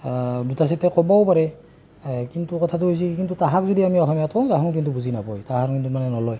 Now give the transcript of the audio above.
দুটা চাৰিটা ক'বও পাৰে কিন্তু কথাটো হৈছে কি কিন্তু তাহাক যদি আমি অসমীয়াটো তাহোন কিন্তু বুজি নাপায় তাহৰ কিন্তু মানে নলয়